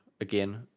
Again